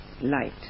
Light